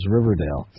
Riverdale